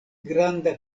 granda